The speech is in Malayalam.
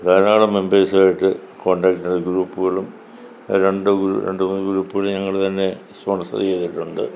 ധാരാളം മെമ്പേഴ്സുമായിട്ട് കോൺടാക്ട് ഗ്രൂപ്പുകളും രണ്ട് രണ്ട് മൂന്ന് ഗ്രൂപ്പുകൾ ഞങ്ങൾ തന്നെ സ്പോൺസർ ചെയ്തിട്ടുണ്ട്